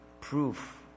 proof